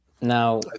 now